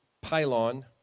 pylon